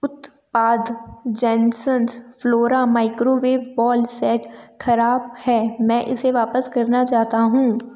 उत्पाद जेनसंस Flora microwave bowl set ख़राब है मैं इसे वापस करना चाहता हूँ